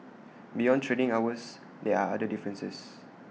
beyond trading hours there are other differences